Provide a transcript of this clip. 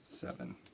seven